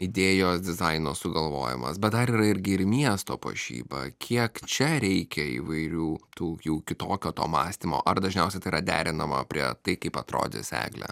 idėjos dizaino sugalvojimas bet dar yra irgi ir miesto puošyba kiek čia reikia įvairių tų jau kitokio to mąstymo ar dažniausiai tai yra derinama prie tai kaip atrodys eglė